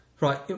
Right